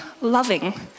loving